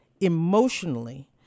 emotionally